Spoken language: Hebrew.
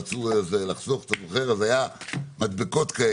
אז היו מדבקות,